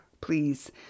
Please